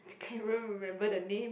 can't even remember the name